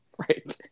Right